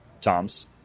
Toms